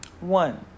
One